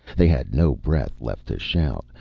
they had no breath left to shout,